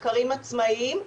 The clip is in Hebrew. מחקרים עצמאיים.